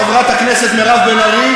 חברת הכנסת מירב בן ארי,